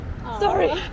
Sorry